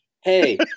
hey